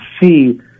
see